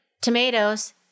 Tomatoes